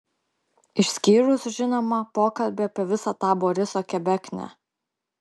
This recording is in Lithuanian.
išskyrus žinoma pokalbį apie visą tą boriso kebeknę